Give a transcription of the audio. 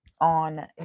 On